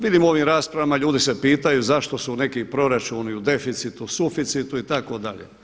Vidim u ovim raspravama ljudi se pitaju zašto su neki proračuni u deficitu, suficitu itd.